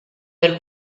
per